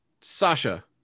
Sasha